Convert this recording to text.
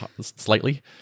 slightly